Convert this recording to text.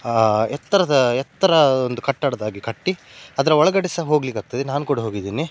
ಎತ್ತರದ ಎತ್ತರ ಒಂದು ಕಟ್ಟಡದ ಹಾಗೆ ಕಟ್ಟಿ ಅದರ ಒಳಗಡೆ ಸಹ ಹೋಗಲಿಕ್ಕಾಗ್ತದೆ ನಾನು ಕೂಡ ಹೋಗಿದ್ದೀನಿ